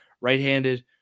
right-handed